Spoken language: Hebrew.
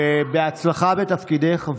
ובהצלחה בתפקידך.